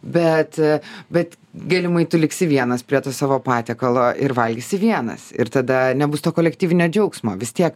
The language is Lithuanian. bet bet galimai tu liksi vienas prie to savo patiekalo ir valgysi vienas ir tada nebus to kolektyvinio džiaugsmo vis tiek